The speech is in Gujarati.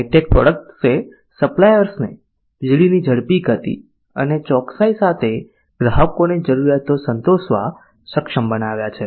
હાઇ ટેક પ્રોડક્ટ્સે સપ્લાયર્સને વીજળીની ઝડપી ગતિ અને ચોકસાઈ સાથે ગ્રાહકોની જરૂરિયાતો સંતોષવા સક્ષમ બનાવ્યા છે